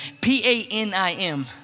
P-A-N-I-M